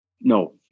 No